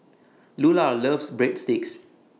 Lular loves Breadsticks